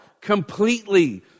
Completely